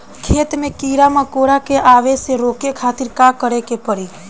खेत मे कीड़ा मकोरा के आवे से रोके खातिर का करे के पड़ी?